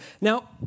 Now